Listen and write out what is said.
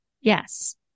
Yes